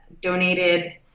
donated